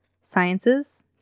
Sciences